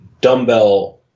dumbbell